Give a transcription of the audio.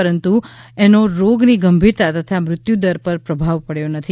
પરંતુ એનો રોગની ગંભીરતા તથા મૃત્યુદર પર પ્રભાવ પડ્યો નથી